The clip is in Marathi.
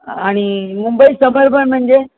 आणि मुंबई सबअर्बन म्हणजे